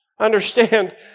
Understand